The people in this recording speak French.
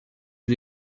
les